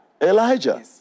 Elijah